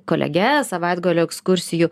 kolege savaitgalio ekskursijų